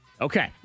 Okay